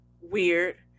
Weird